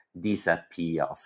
disappears